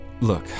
Look